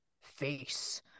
face